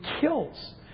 kills